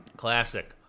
Classic